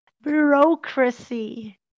bureaucracy